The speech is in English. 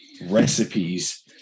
recipes